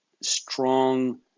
strong